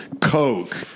coke